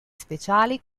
speciali